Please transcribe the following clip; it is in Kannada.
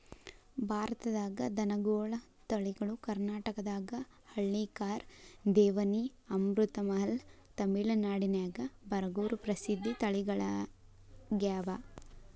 ಭಾರತದಾಗ ದನಗೋಳ ತಳಿಗಳು ಕರ್ನಾಟಕದಾಗ ಹಳ್ಳಿಕಾರ್, ದೇವನಿ, ಅಮೃತಮಹಲ್, ತಮಿಳನಾಡಿನ್ಯಾಗ ಬರಗೂರು ಪ್ರಸಿದ್ಧ ತಳಿಗಳಗ್ಯಾವ